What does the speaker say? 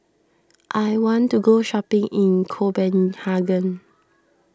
I want to go shopping in Copenhagen